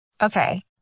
Okay